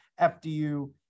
FDU